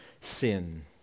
sin